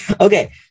Okay